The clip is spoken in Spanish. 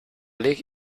league